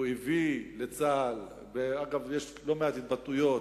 הוא הביא לצה"ל, ואגב, יש לא מעט התבטאויות,